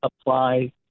apply